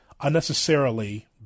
unnecessarily